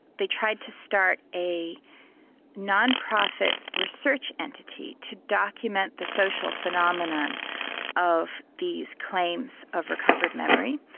the tried to start a non-profit research entity to document the social phenomenon of these claims of recovered memory,